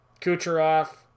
Kucherov